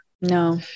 No